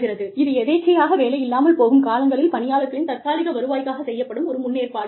இது எதேச்சையாக வேலையில்லாமல் போகும் காலங்களில் பணியாளர்களின் தற்காலிக வருவாய்க்காகச் செய்யப்படும் ஒரு முன்னேற்பாடு ஆகும்